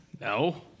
No